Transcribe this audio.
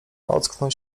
ocknął